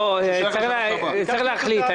צריך להחליט.